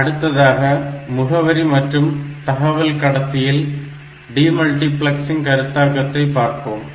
அடுத்ததாக முகவரி மற்றும் தகவல் கடத்தியில் டி மல்டிபிளக்ஸிங் கருத்தாக்கத்தை பார்ப்போம்